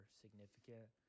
significant